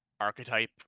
archetype